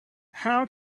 how